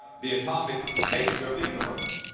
the atomic nature of the universe.